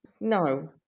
No